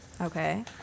Okay